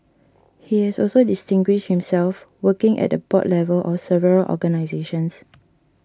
he has also distinguished himself working at the board level of several organisations